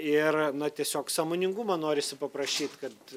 ir na tiesiog sąmoningumo norisi paprašyt kad